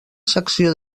secció